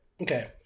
Okay